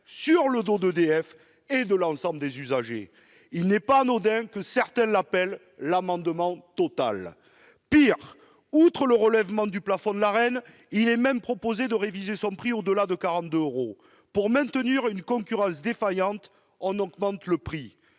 sur le dos d'EDF et de l'ensemble des usagers. Il n'est pas anodin que certains parlent d'un « amendement Total »! Pis, outre le relèvement du plafond de l'Arenh, il est même proposé de porter son prix au-delà de 42 euros le mégawattheure. Pour maintenir une concurrence défaillante, on augmente les prix,